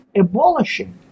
abolishing